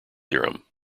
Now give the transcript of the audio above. theorem